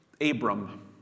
Abram